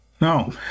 no